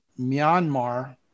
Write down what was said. Myanmar